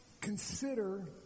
consider